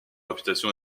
réputation